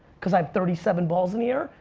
because i have thirty seven balls in the air.